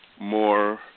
more